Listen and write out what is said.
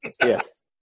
Yes